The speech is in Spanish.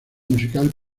musical